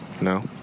No